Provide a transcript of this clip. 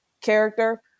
character